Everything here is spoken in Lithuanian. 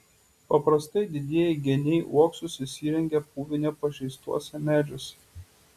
paprastai didieji geniai uoksus įsirengia puvinio pažeistuose medžiuose